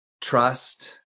trust